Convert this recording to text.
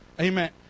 Amen